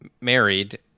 married